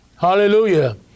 Hallelujah